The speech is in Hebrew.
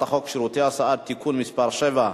הדואר (תיקון מס' 11)